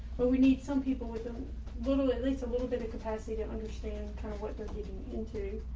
but we need some people with a little at least a little bit of capacity to understand kind of what they're getting into,